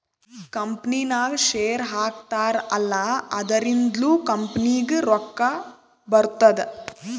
ಕಂಪನಿನಾಗ್ ಶೇರ್ ಹಾಕ್ತಾರ್ ಅಲ್ಲಾ ಅದುರಿಂದ್ನು ಕಂಪನಿಗ್ ರೊಕ್ಕಾ ಬರ್ತುದ್